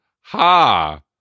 Ha